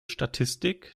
statistik